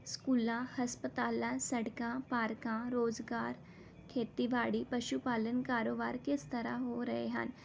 ਸਕੂਲਾਂ ਹਸਪਤਾਲਾਂ ਸੜਕਾਂ ਪਾਰਕਾਂ ਰੁਜ਼ਗਾਰ ਖੇਤੀਬਾੜੀ ਪਸ਼ੂ ਪਾਲਣ ਕਾਰੋਬਾਰ ਕਿਸ ਤਰ੍ਹਾਂ ਹੋ ਰਹੇ ਹਨ